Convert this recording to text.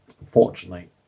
unfortunately